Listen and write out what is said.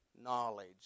knowledge